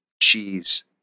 cheese